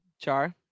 Char